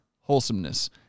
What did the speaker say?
wholesomeness